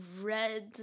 Red